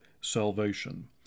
salvation